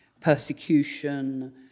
persecution